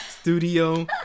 studio